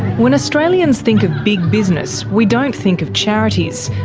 when australians think of big business, we don't think of charities,